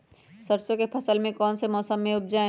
सरसों की फसल कौन से मौसम में उपजाए?